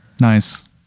nice